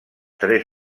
tres